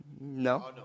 No